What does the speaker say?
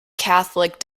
catholic